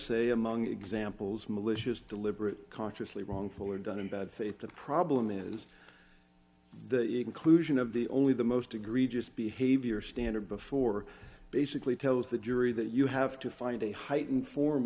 say among examples of malicious deliberate consciously wrongful or done in bad faith the problem is the inclusion of the only the most egregious behavior standard before basically tells the jury that you have to find a heightened form